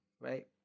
right